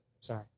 Sorry